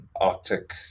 Arctic